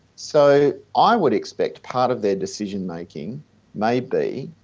so i would expect part of their decision making may be,